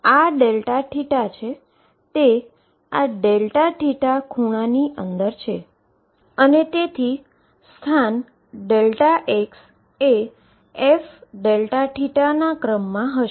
આ Δθ છે તે આ Δθ એન્ગલની અંદર છે અને તેથી સ્થાન Δx એ f Δθ ના ક્રમમાં હશે